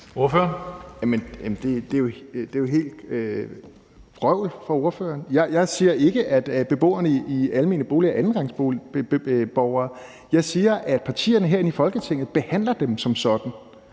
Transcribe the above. (EL): Det er jo noget vrøvl, spørgeren siger. Jeg siger ikke, at beboerne i almene boliger er andenrangsborgere. Jeg siger, at partierne her inde i Folketinget behandler dem som sådan.